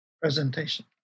presentation